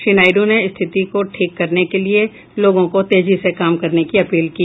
श्री नायडु ने स्थिति को ठीक करने के लिए लोगों को तेजी से काम करने की अपील की